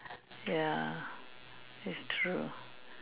ya it's true